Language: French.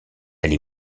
elle